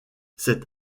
cet